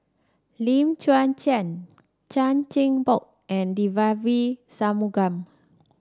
Lim Chwee Chian Chan Chin Bock and Devagi Sanmugam